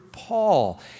Paul